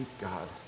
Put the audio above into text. God